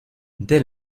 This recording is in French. dès